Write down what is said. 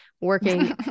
working